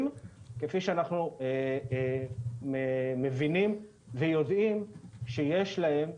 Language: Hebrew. כפי שאנחנו מבינים ויודעים שיש להם,